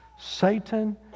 Satan